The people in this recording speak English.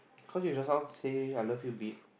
cause you just now saw I love you beep